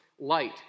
light